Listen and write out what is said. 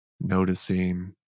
Noticing